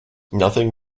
nothing